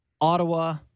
Ottawa